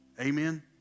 amen